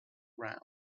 round